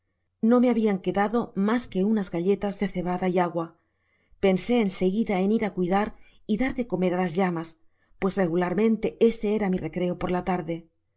do me habian quedado mas que algunas galletas de cebada y agua pensé en seguida en ir á cuidar y dar de comer á las llamas pues regularmente este era mi recreo por la tarde